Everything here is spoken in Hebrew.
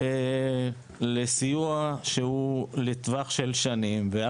לסיוע שהוא לטווח של שנים.